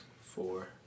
Four